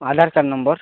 Aadhaar card number